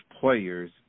players